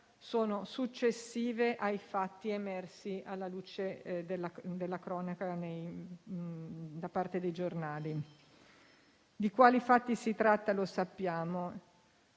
sono successive ai fatti emersi alla luce della cronaca da parte dei giornali. Di quali fatti si tratti lo sappiamo.